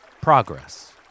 progress